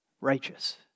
righteous